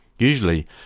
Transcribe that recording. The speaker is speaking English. Usually